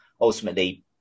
ultimately